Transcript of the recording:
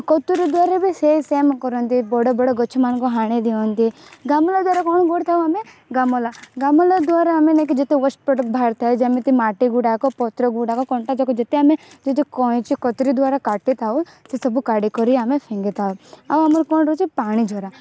କତୁରୀ ଦ୍ୱାରା ବି ସେଇ ସେମ୍ କରନ୍ତି ବଡ଼ ବଡ଼ ଗଛ ମାନଙ୍କୁ ହାଣି ଦିଅନ୍ତି ଗାମଲା ଦ୍ୱାରା କ'ଣ କରିଥାଉ ଆମେ ଗାମଲା ଗାମଲା ଦ୍ୱାରା ଆମେ ନେଇକି ଯେତେ ୱେଷ୍ଟ୍ ପ୍ରଡ଼କ୍ଟ ବାହାରିଥାଏ ଯେମିତି ମାଟିଗୁଡ଼ାକ ପତ୍ରଗୁଡ଼ାକ କଣ୍ଟାଯାକ ଯେତେ ଆମେ କଇଁଚି କତୁରୀ ଦ୍ୱାରା କାଟିଥାଉ ସେସବୁ କାଢ଼ି କରି ଆମେ ଫିଙ୍ଗିଥାଉ ଆଉ ଆମର କ'ଣ ରହିଛି ପାଣିଝରା